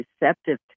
receptive